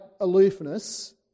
aloofness